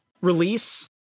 release